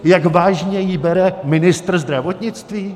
Jak vážně ji bere ministr zdravotnictví?